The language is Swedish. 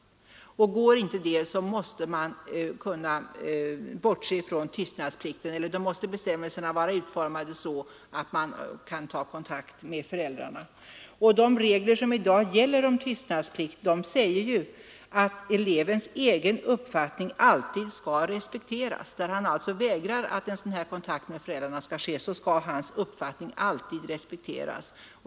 Bestämmelserna måste dock vara utformade så att man, om detta inte lyckas, kan ta kontakt med föräldrarna. De regler som i dag gäller om tystnadsplikt säger ju, att elevens egen uppfattning alltid skall respekteras. I de fall där eleven inte tillåter att sådan kontakt skall tas med föräldrarna, skall hans uppfattning alltid respekteras.